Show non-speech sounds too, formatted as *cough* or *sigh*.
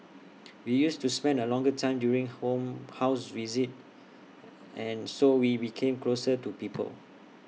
we used to spend A longer time during home house visits *noise* and so we became closer to people